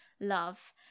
love